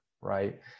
right